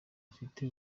afite